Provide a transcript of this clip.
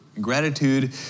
Gratitude